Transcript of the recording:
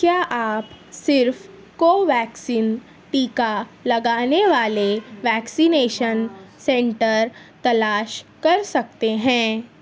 کیا آپ صرف کوویکسین ٹیکا لگانے والے ویکسینیشن سینٹر تلاش کر سکتے ہیں